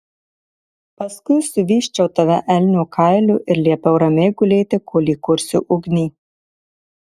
paskui suvysčiau tave elnio kailiu ir liepiau ramiai gulėti kol įkursiu ugnį